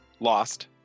Lost